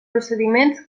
procediments